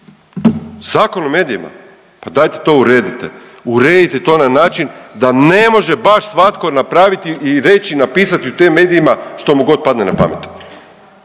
Zakon o medijima, pa dajte to uredite, uredite to na način da ne može baš svatko napraviti i reći i napisati u tim medijima što mu god padne na pamet.